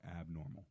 abnormal